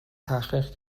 تحقیق